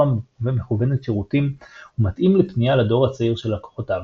מכוונת שירותים ומתאים לפנייה לדור הצעיר של לקוחותיו.